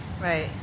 Right